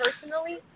personally